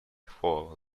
for